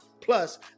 Plus